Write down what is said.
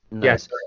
Yes